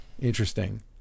Interesting